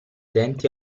denti